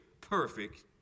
perfect